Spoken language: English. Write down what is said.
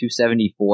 274